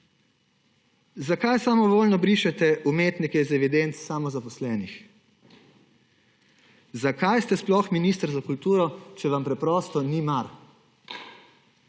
zakaj samovoljno brišete umetnike iz evidenc samozaposlenih, zakaj ste sploh minister za kulturo, če vam preprosto ni mar?